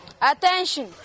attention